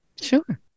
Sure